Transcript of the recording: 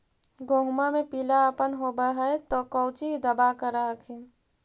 गोहुमा मे पिला अपन होबै ह तो कौची दबा कर हखिन?